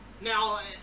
Now